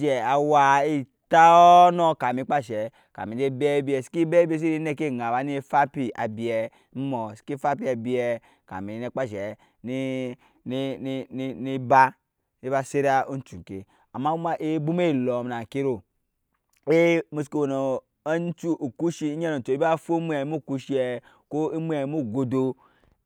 je aww etɔɔɔ nɔ kamin kpa enshɛɛ kamin ne ebɛ bie seke bɛbiɛ sene neke eŋa ba ne efampi abiɛ seke fampi abiɛ kamin ne kpa enshɛɛ ne ba e ba sena encu ŋke amma kuma ebwoma els na ŋke ro emu suku we nu o kushin a ŋet oncu o je sho omwe nu okushiɛ ko omwɛ nu godo